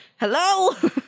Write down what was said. Hello